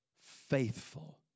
faithful